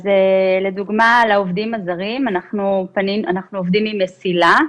אז לדוגמה לעובדים הזרים אנחנו עובדים עם מציל"ה,